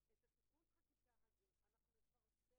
אלא באזרחים